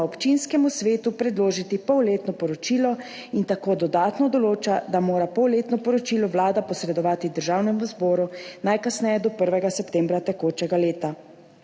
svetu predložiti polletno poročilo, in tako dodatno določa, da mora polletno poročilo Vlada posredovati Državnemu zboru najkasneje do 1. septembra tekočega leta.